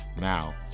Now